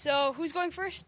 so who's going first